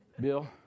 Bill